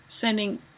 sending